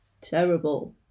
Terrible